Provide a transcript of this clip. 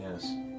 Yes